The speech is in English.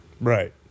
Right